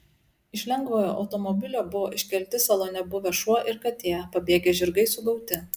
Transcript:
iš lengvojo automobilio buvo iškelti salone buvę šuo ir katė pabėgę žirgai sugauti